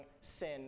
sin